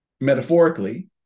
metaphorically